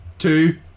Two